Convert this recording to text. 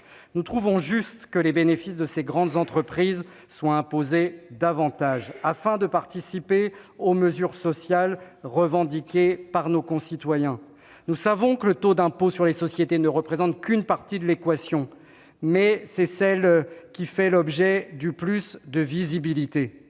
Nous trouvons juste que les bénéfices de ces grandes entreprises soient imposés davantage, afin de participer aux mesures sociales revendiquées par nos concitoyens. Nous savons que le taux d'impôt sur les sociétés ne représente qu'une partie de l'équation, mais il en est la partie la plus visible.